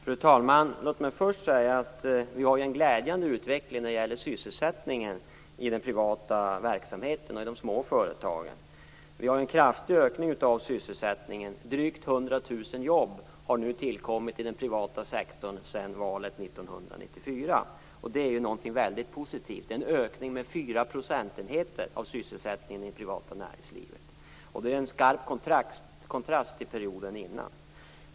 Fru talman! Låt mig först säga att vi har en glädjande utveckling när det gäller sysselsättningen i den privata verksamheten och i de små företagen. Vi har en kraftig ökning av sysselsättningen, drygt 100 000 jobb har tillkommit i den privata sektorn sedan valet 1994. Det är någonting mycket positivt. Det är en ökning av sysselsättningen i det privata näringslivet med fyra procentenheter. Det är en skarp kontrast till perioden innan.